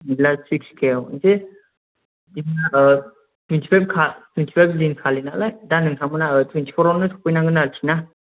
बिदिब्ला सिक्स के औ एसे टुइन्टिफाइभखा टुइन्टिफाइभ दिनखालि नालाय दा नोंथांमोनहा टुवेन्टिफ'रावनो सफैनांगोन आरोखि ना